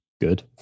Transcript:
Good